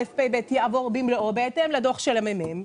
יעבור במלואו בהתאם לדוח של מרכז המחקר והמידע,